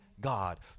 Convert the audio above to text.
god